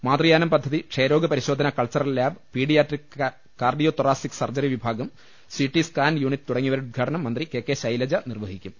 മാതൃയാനം പദ്ധതി ക്ഷയരോഗ പരിശോധന cultural lab pediatric cardiothoracic surgery വിഭാഗം സിടി സ്കാൻ യൂണിറ്റ് തുടങ്ങിയവയുടെ ഉദ്ഘാടനം മന്ത്രി കെ കെ ശൈലജ നിർവഹിക്കും